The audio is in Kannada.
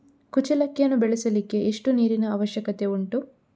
ಕುಚ್ಚಲಕ್ಕಿಯನ್ನು ಬೆಳೆಸಲಿಕ್ಕೆ ಎಷ್ಟು ನೀರಿನ ಅವಶ್ಯಕತೆ ಉಂಟು?